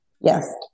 Yes